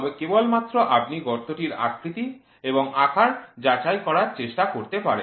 তবে কেবলমাত্র আপনি গর্তটির আকৃতি এবং আকার যাচাই করার চেষ্টা করতে পারেন